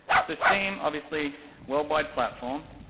so steam, obviously, worldwide platform,